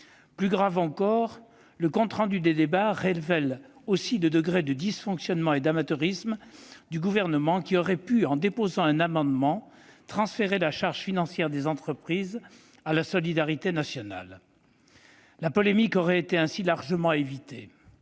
Plus grave encore, le compte rendu des débats révèle aussi le degré de dysfonctionnement et d'amateurisme du Gouvernement, qui aurait pu, en déposant un amendement, transférer la charge financière des entreprises à la solidarité nationale. La polémique aurait ainsi été largement évitée.